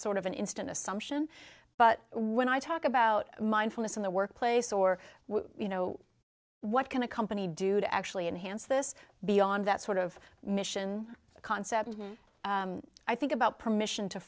sort of an instant assumption but when i talk about mindfulness in the workplace or you know what can a company do to actually enhance this beyond that sort of mission concept i think about permission to